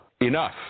Enough